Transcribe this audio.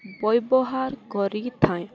ବ୍ୟବହାର କରିଥାଏ